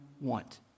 want